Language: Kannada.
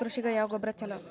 ಕೃಷಿಗ ಯಾವ ಗೊಬ್ರಾ ಛಲೋ?